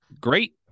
Great